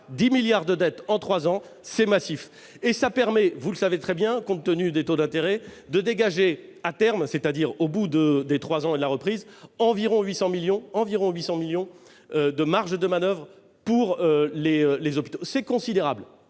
10 milliards d'euros de dettes en trois ans, c'est massif. Cela permet, compte tenu des taux d'intérêt, de dégager à terme, c'est-à-dire au bout des trois ans et de la reprise, environ 800 millions d'euros de marge de manoeuvre pour les hôpitaux. C'est considérable.